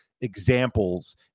examples